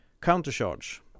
Countercharge